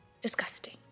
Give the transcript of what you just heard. Disgusting